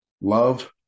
Love